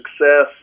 success